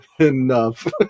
Enough